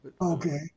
Okay